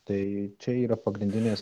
tai čia yra pagrindinės